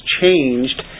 changed